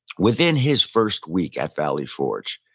within his first week at valley forge,